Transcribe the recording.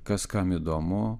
kas kam įdomu